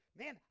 man